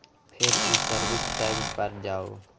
फेर ई service tab पर जाउ